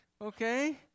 Okay